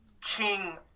king